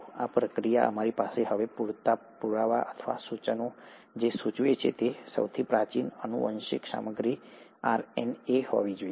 આ પ્રક્રિયા અમારી પાસે હવે પૂરતા પુરાવા અથવા સૂચનો છે જે સૂચવે છે કે સૌથી પ્રાચીન આનુવંશિક સામગ્રી આરએનએ હોવી જોઈએ